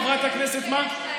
חברת הכנסת מארק,